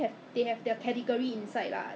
may not deliver the second time already lah 对吗